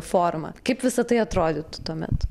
formą kaip visa tai atrodytų tuomet